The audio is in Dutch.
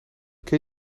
ken